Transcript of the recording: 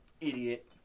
Idiot